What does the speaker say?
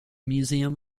museum